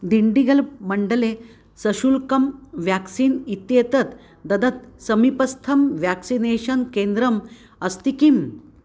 दिण्डिगलमण्डले सशुल्कं व्याक्सीन् इत्येतत् ददत् समीपस्थं व्याक्सिनेषन् केन्द्रम् अस्ति किम्